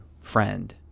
Friend